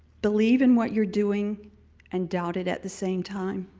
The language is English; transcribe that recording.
believe in what you're doing and doubt it at the same time.